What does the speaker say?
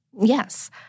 yes